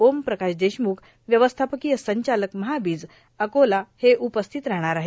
ओमप्रकाश देशम्ख व्यवस्थापकीय संचालक महाबीज अकोला हे उपस्थित राहणार आहेत